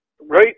right